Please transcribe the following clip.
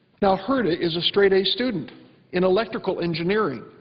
now herta is a straight a student in electrical engineering,